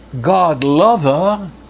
God-lover